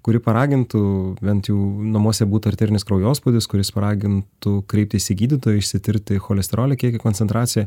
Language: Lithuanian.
kuri paragintų bent jau namuose būtų arterinis kraujospūdis kuris paragintų kreiptis į gydytoją išsitirti cholesterolio kiekį koncentraciją